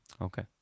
Okay